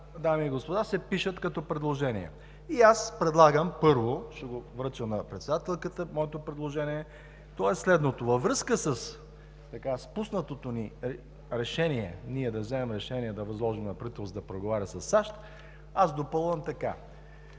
дами и господа, се пишат като предложения. И аз предлагам, първо, ще връча на председателката моето предложение, то е следното: във връзка със спуснатото ни решение – ние да вземем решение да възложим на правителството да преговаря със САЩ, аз допълвам: да